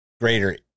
greater